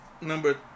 number